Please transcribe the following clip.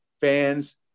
fans